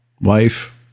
Wife